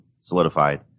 solidified